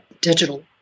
digital